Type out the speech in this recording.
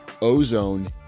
ozone